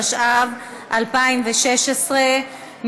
התשע"ו 2016,